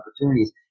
opportunities